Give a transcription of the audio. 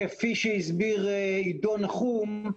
כפי שהסביר עידו נחום,